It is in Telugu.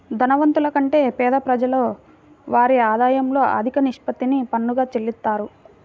ధనవంతుల కంటే పేద ప్రజలు వారి ఆదాయంలో అధిక నిష్పత్తిని పన్నుగా చెల్లిత్తారు